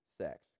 sex